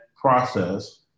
process